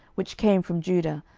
which came from judah,